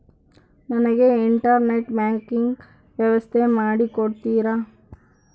ನನಗೆ internet banking ವ್ಯವಸ್ಥೆ ಮಾಡಿ ಕೊಡ್ತೇರಾ?